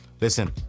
Listen